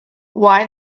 why